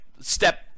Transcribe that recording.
step